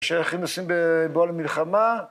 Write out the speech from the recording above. שהכי נושאים בעול המלחמה